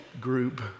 group